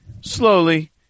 slowly